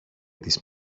της